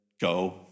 go